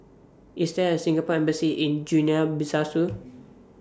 IS There A Singapore Embassy in Guinea